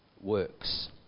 works